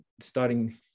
starting